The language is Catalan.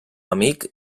amic